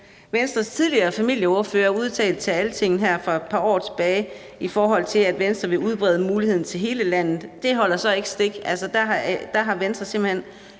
Venstres tidligere familieordfører udtalte til Altinget her for et par år siden, i forhold til at Venstre ville udbrede muligheden til hele landet, holder så ikke stik. Der har Venstre simpelt hen